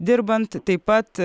dirbant taip pat